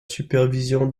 supervision